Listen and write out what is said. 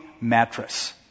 mattress